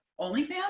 OnlyFans